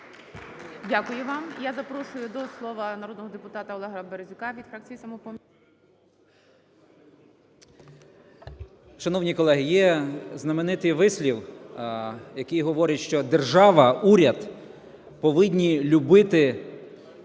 Дякую вам. І я запрошую до слова народного депутата ОлегаБерезюка від фракції "Самопоміч".